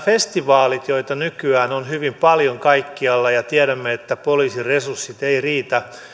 festivaaleja nykyään on hyvin paljon kaikkialla ja tiedämme että poliisin resurssit eivät riitä